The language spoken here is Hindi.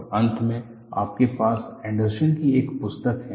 और अंत में आपके पास एंडरसन की एक पुस्तक है